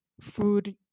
food